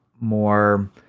more